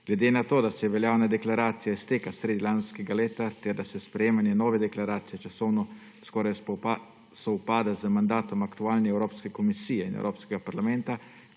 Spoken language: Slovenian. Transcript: Glede na to, da se je veljavna deklaracija iztekla sredi lanskega leta ter da sprejemanje nove deklaracije časovno skoraj sovpada z mandatom aktualne evropske komisije in evropskega parlamenta,